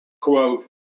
quote